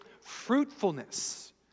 fruitfulness